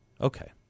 Okay